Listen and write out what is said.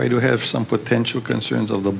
i do have some potential concerns of the